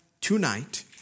tonight